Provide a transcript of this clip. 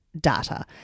data